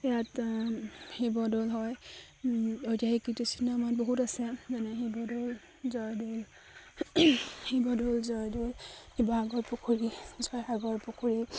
ইয়াত শিৱদৌল হয় ঐতিহাসিক কীৰ্তিচিহ্ন আমাৰ বহুত আছে যেনে শিৱদৌল জয়দৌল শিৱদৌল জয়দৌল শিৱসাগৰ পুখুৰী জয়সাগৰ পুখুৰী